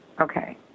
Okay